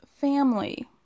family